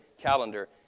calendar